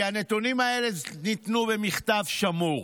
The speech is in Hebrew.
כי הנתונים האלה ניתנו במכתב שמור.